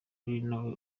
ariwe